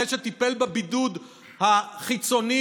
אחרי שטיפל בבידוד החיצוני,